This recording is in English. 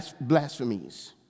blasphemies